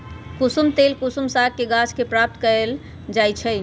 कुशुम तेल कुसुम सागके गाछ के प्राप्त कएल जाइ छइ